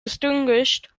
distinguished